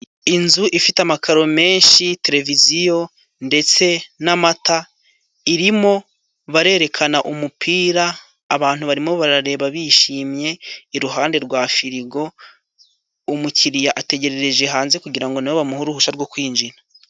Inzu ifite amakaro menshi, televiziyo ndetse n'amata, irimo barerekana umupira abantu barimo barareba bishimye iruhande rwa firigo, umukiriya ategerereje hanze kugira ngo na we bamuhe uruhushya rwo kwinjira.